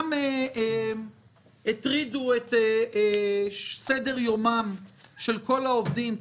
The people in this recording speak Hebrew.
גם הטרידו את סדר יומם של כל העובדים,